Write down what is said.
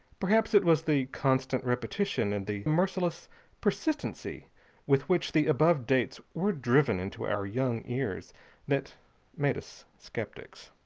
perhaps it was the constant repetition and the merciless persistency with which the above dates were driven into our young ears that made us skeptics.